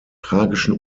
tragischen